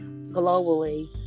globally